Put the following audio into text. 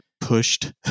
pushed